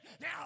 now